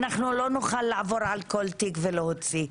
לא נוכל לעבור על כל תיק ולהוציא.